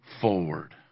forward